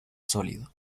sólido